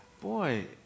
boy